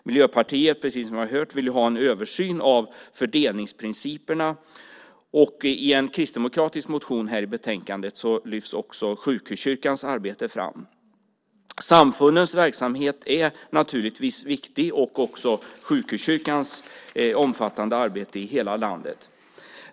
Miljöpartiet vill, som vi har hört, ha en översyn av fördelningsprinciperna. I en kristdemokratisk motion som tas upp i betänkandet lyfts också sjukhuskyrkans arbete fram. Samfundens verksamhet är naturligtvis viktig. Även sjukhuskyrkans omfattande arbete i hela landet är viktigt.